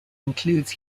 includes